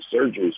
surgeries